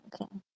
okay